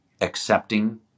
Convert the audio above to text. accepting